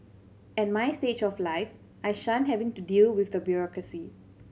at my stage of life I shun having to deal with the bureaucracy